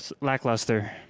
lackluster